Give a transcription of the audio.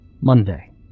Monday